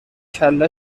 کله